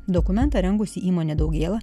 dokumentą rengusi įmonė daugėla